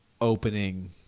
opening